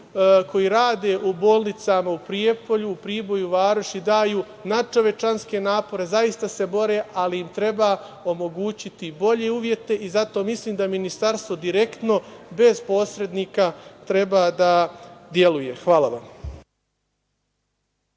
koji rade u bolnicama u Prijepolju, Priboju i Varoši daju natčovečanske napore, zaista se bore, ali im treba omogućiti bolje uslove i zato mislim da ministarstvo direktno, bez posrednika, treba da deluje. Hvala vam.